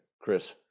Chris